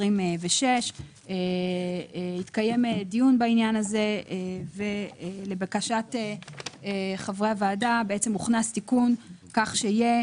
2026. התקיים דיון בעניין הזה ולבקשת חברי הוועדה הוכנס תיקון כך שיהיה: